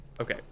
Okay